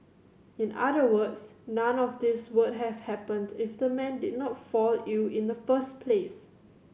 in other words none of these would have happened if the man did not fall ill in the first place